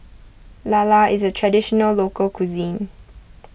Lala is a Traditional Local Cuisine